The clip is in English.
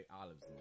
olives